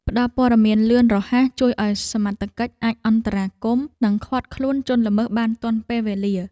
ផ្ដល់ព័ត៌មានលឿនរហ័សជួយឱ្យសមត្ថកិច្ចអាចអន្តរាគមន៍និងឃាត់ខ្លួនជនល្មើសបានទាន់ពេលវេលា។